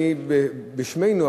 בשמנו,